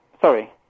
Sorry